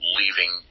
leaving